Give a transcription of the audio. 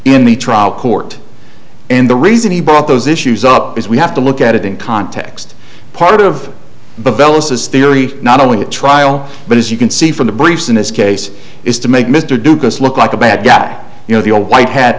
in the trial court and the reason he brought those issues up is we have to look at it in context part of the bellows his theory not only at trial but as you can see from the briefs in this case is to make mr ducasse look like a bad guy you know the old white hat